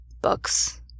Books